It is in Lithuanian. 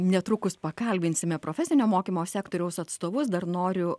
netrukus pakalbinsime profesinio mokymo sektoriaus atstovus dar noriu